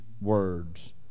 words